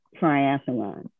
triathlon